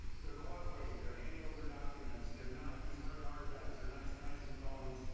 they're cooperating, they're handing over documents. they're not destroying hard drives, they're not smashing phones,